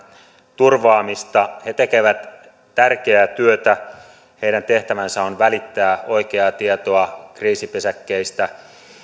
turvaamista he tekevät tärkeää työtä heidän tehtävänsä on välittää oikeaa tietoa kriisipesäkkeistä